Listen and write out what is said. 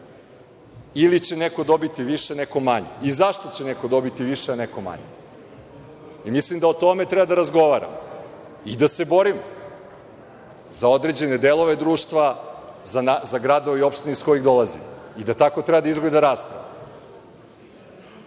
ili će neko dobiti više, neko manje i zašto će neko dobiti više, a neko manje. Mislim da o tome treba da razgovaramo i da se borimo za određene delove društva, za gradove i opštine iz kojih dolazimo i da tako treba da izgleda rasprava. Ja,